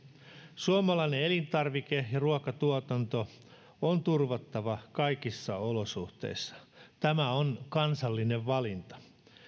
suomalainen elintarvike ja ruokatuotanto on turvattava kaikissa olosuhteissa tämä on kansallinen valinta